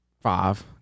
five